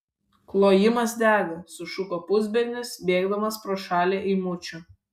klojimas dega sušuko pusbernis bėgdamas pro šalį eimučio